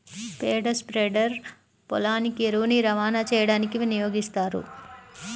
పేడ స్ప్రెడర్ పొలానికి ఎరువుని రవాణా చేయడానికి వినియోగిస్తారు